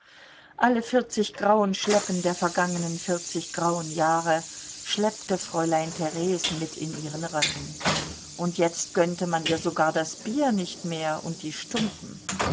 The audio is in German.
alle vierzig grauen schleppen der vergangenen vierzig grauen jahre schleppte fräulein theres mit in ihren röcken und jetzt gönnte man ihr sogar das bier nicht mehr und die stumpen